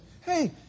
Hey